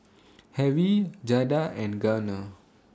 Harrie Jada and Garner